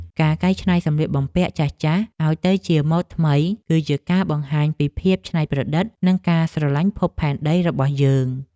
ការកែច្នៃសម្លៀកបំពាក់ចាស់ៗឱ្យទៅជាម៉ូដថ្មី គឺជាការបង្ហាញពីភាពច្នៃប្រឌិតនិងការស្រឡាញ់ភពផែនដីរបស់យើង។